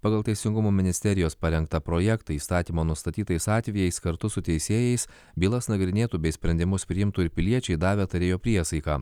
pagal teisingumo ministerijos parengtą projektą įstatymo nustatytais atvejais kartu su teisėjais bylas nagrinėtų bei sprendimus priimtų ir piliečiai davę tarėjo priesaiką